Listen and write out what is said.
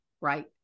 right